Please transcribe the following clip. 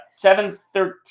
7.13